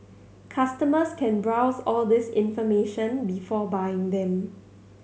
customers can browse all this information before buying them